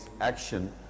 action